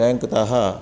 टेङ्क्तः